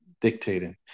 dictating